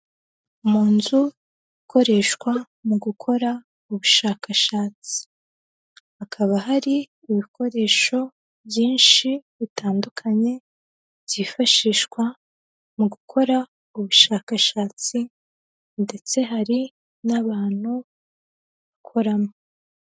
Mu nzu ikoreshwa mu gukora ubushakashatsi. Hakaba hari ibikoresho byinshi bitandukanye, byifashishwa mu gukora ubushakashatsi ndetse hari n'abantu bakoramo.